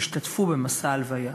השתתפו במסע ההלוויה.